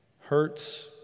hurts